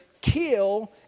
kill